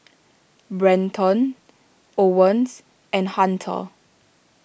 Brenton Owens and Hunter